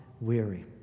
weary